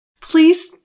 please